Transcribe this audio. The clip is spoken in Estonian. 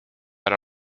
ära